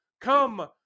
Come